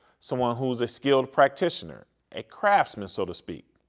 someone who is a skilled practitioner a craftsman, so to speak.